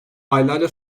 aylarca